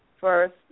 first